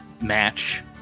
match